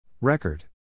Record